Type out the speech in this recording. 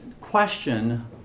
question